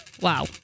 Wow